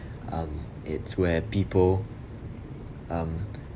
um it's where people um